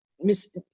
Miss